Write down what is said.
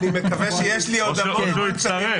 או שהוא יצטרף.